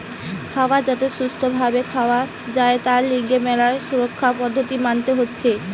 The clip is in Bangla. খাবার যাতে সুস্থ ভাবে খাওয়া যায় তার লিগে ম্যালা সুরক্ষার পদ্ধতি মানতে হতিছে